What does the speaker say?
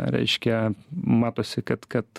reiškia matosi kad kad